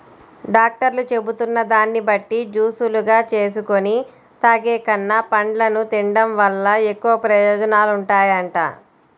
డాక్టర్లు చెబుతున్న దాన్ని బట్టి జూసులుగా జేసుకొని తాగేకన్నా, పండ్లను తిన్డం వల్ల ఎక్కువ ప్రయోజనాలుంటాయంట